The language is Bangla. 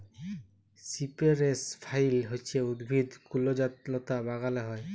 সিপেরেস ভাইল হছে উদ্ভিদ কুল্জলতা বাগালে হ্যয়